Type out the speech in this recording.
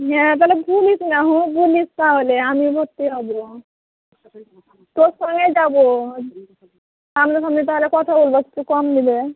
হ্যাঁ তাহলে বলিস না হু বলিস তাহলে আমিও ভর্তি হবো তোর সঙ্গে যাবো সামনা সামনি তাহলে কথা বলবো একটু কম নিবে